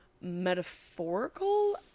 metaphorical